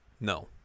No